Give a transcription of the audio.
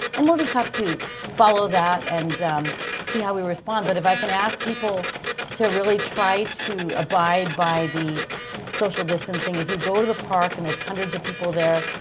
and we'll just have to follow that and see how we respond. but if i can ask people to really try to abide by the social distancing, if you go to the park and there's hundreds of people there,